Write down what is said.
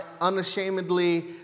unashamedly